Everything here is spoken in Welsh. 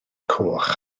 coch